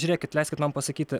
žiūrėkit leiskit man pasakyti